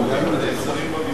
אם,